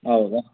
ಹೌದ